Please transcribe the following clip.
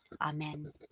Amen